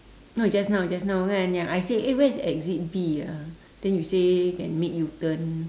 no just now just now kan yang I say eh where's exit B ah then you say can make U-turn